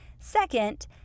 Second